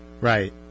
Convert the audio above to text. Right